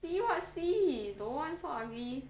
see what see don't want so ugly